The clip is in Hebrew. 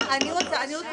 אני גם רוצה את התחשיב.